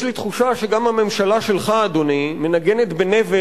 יש לי תחושה שגם הממשלה שלך מנגנת בנבל